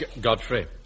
Godfrey